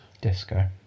Disco